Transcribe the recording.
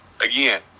again